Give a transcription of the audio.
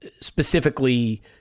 specifically